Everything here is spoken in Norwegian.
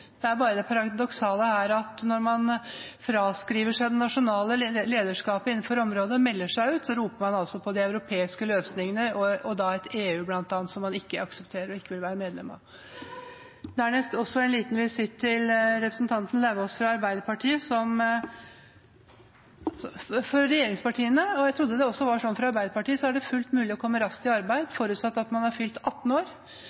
det paradoksale er at når man fraskriver seg det nasjonale lederskapet innenfor området og melder seg ut, roper man altså på de europeiske løsningene og bl.a. EU, som man ikke aksepterer, og ikke vil være medlem av. Dernest en liten visitt til representanten Lauvås fra Arbeiderpartiet: For regjeringspartiene – jeg trodde det også var sånn for Arbeiderpartiet – er det fullt mulig å sende folk raskt i arbeid, forutsatt at man er fylt 18 år,